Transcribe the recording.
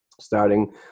starting